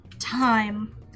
time